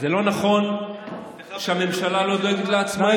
זה לא נכון שהממשלה לא דואגת לעצמאים.